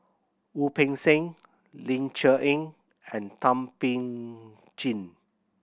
Wu Peng Seng Ling Cher Eng and Thum Ping Jin